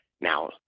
now